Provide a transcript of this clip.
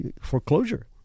foreclosure